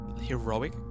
heroic